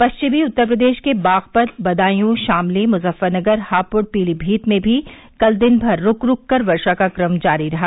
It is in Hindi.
पश्चमी उत्तर प्रदेश के बागपत बदायूँ शामली मुजफ्फरनगर हापुड पीलीमीत में भी कल दिन भर रूक रूक कर वर्षा का क्रम जारी रहा